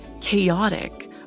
chaotic